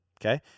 okay